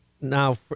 Now